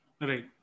Right